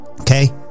okay